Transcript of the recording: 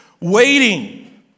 waiting